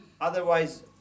Otherwise